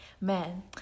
man